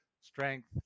strength